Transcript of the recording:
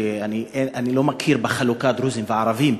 אני לא מכיר בחלוקה של דרוזים וערבים,